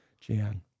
Jan